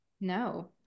No